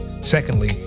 Secondly